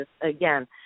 again